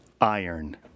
iron